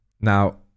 Now